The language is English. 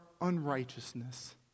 unrighteousness